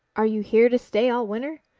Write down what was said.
are you here to stay all winter?